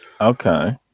Okay